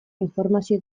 informazio